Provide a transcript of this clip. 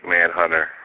Manhunter